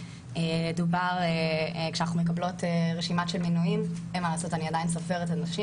דובר כשאנחנו מדברות על רשימה של מינויים,